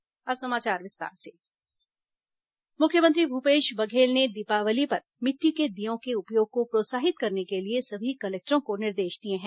दीपावली मुख्यमंत्री मुख्यमंत्री भूपेश बघेल ने दीपावली पर मिट्टी के दीयों के उपयोग को प्रोत्साहित करने के लिए सभी कलेक्टरों को निर्देश दिए हैं